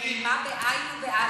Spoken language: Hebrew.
נעלמה, בעי"ן, או באל"ף?